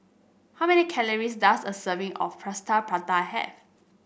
how many calories does a serving of Plaster Prata have